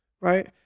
right